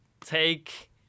take